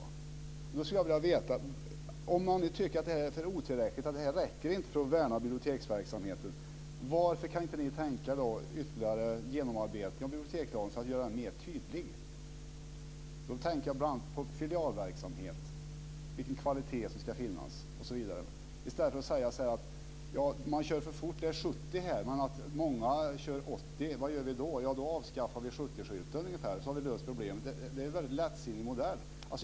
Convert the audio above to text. Jag skulle vilja fråga: Om ni nu tycker att det här inte räcker för att värna biblioteksverksamheten, varför kan ni inte tänka er ytterligare genomarbetning av bibliotekslagen för att göra den mer tydlig? Jag tänker bl.a. på filialverksamhet, vilken kvalitet som ska finnas osv. Man skulle kunna säga så här: Det är 70, men många kör 80 - vad gör vi då? Jo, då avskaffar vi 70 skylten, så har vi löst problemet. Det är en väldigt lättsinnig modell.